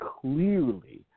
clearly